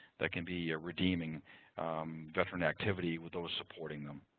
that can be a redeeming veteran activity with those supporting them.